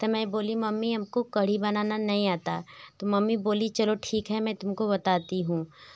तो मैं बोली मम्मी हमको कढ़ी बनाना नहीं आता तो मम्मी बोली चलो ठीक है मैं तुमको बताती हूँ